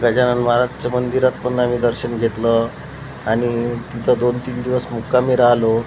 गजानन महाराजचं मंदिरात पण आम्ही दर्शन घेतलं आणि तिथं दोन तीन दिवस मुक्कामी राहिलो